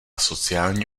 sociální